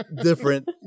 different